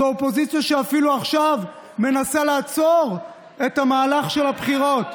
זו אופוזיציה שאפילו עכשיו מנסה לעצור את המהלך של הבחירות,